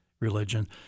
religion